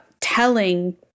telling